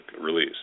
release